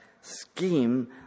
scheme